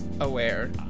aware